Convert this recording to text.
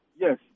Yes